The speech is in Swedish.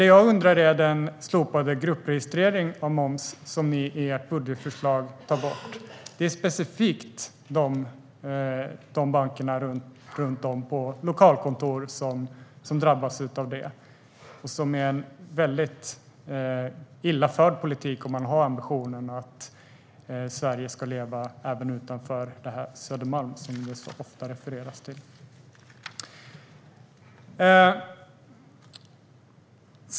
Det jag undrar över är den slopade gruppregistrering av moms som ni i ert budgetförslag tar bort. Det är specifikt de bankerna med lokalkontor runt om i landet som drabbas av det. Det här är en mycket illa förd politik om man har ambitionen att Sverige ska leva även utanför Södermalm, som det så ofta refereras till.